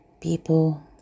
People